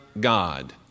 God